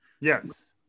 Yes